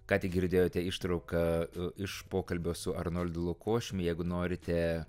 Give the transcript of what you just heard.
ką tik girdėjote ištrauką iš pokalbio su arnoldu lukošium jeigu norite